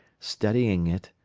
studying it,